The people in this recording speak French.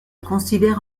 considère